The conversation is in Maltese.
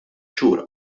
xhur